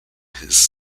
his